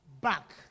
back